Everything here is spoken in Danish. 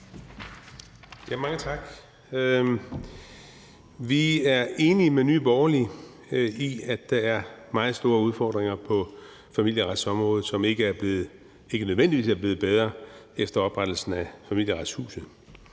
Mange tak. Vi er enige med Nye Borgerlige i, at der er meget store udfordringer på familieretsområdet, som ikke nødvendigvis er blevet bedre efter oprettelsen af Familieretshuset.